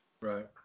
Right